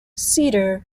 cedar